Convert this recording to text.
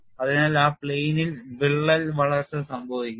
അതിനാൽ ആ plane ൽ വിള്ളൽ വളർച്ച സംഭവിക്കും